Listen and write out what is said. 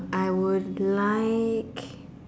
I would like